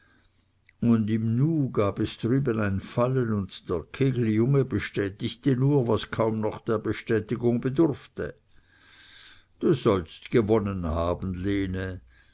und im nu gab es drüben ein fallen und der kegeljunge bestätigte nur was kaum noch der bestätigung bedurfte du sollst gewonnen haben lene